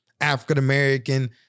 African-American